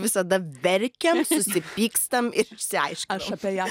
visada verkiam susipykstam ir išsiaiškin apie ją